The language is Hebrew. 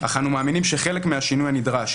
אך אנו מאמינים שחלק מהשינוי הנדרש,